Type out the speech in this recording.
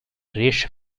riesce